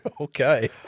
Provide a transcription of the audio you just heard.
Okay